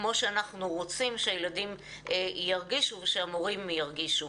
כמו שאנחנו רוצים שילדים ירגישו ושהמורים ירגישו.